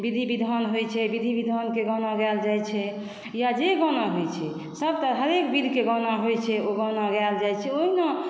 विधि विधान होइ छै विधि विधानके गाना गायल जाइ छै या जे गाना होइ छै सभ तरह हरेक विधके गाना होइ छै ओ गाना गायल जाइ छै ओ गाना